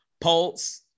Pulse